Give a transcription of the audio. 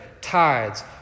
tides